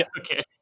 Okay